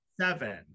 seven